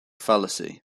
fallacy